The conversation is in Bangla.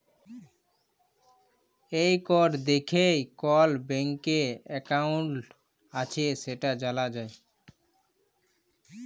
এই কড দ্যাইখে কল ব্যাংকে একাউল্ট আছে সেট জালা যায়